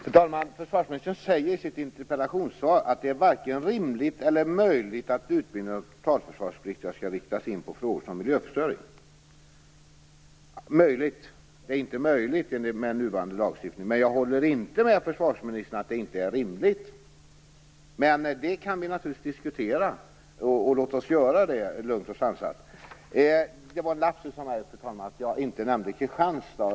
Fru talman! Försvarsministern säger i sitt interpellationssvar att det är varken rimligt eller möjligt att utbildningen av totalförsvarspliktiga skall inriktas på frågor som miljöförstöring. Det är inte möjligt med nuvarande lagstiftning. Jag håller inte med försvarsministern om att det inte är rimligt. Men det kan vi naturligtvis diskutera. Låt oss göra det lugnt och sansat. Det var en lapsus av mig, fru talman, att jag inte nämnde Kristianstad.